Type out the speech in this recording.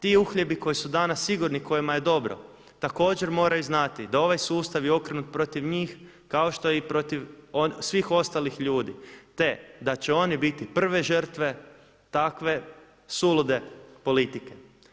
Ti uhljebi koji su danas sigurni kojima je dobro, također moraju znati da ovaj sustav je okrenut protiv njih kao što je i protiv svih ostalih ljudi, te da će oni biti prve žrtve takve sulude politike.